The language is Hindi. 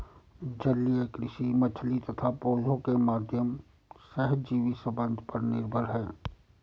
जलीय कृषि मछली तथा पौधों के माध्यम सहजीवी संबंध पर निर्भर है